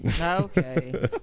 Okay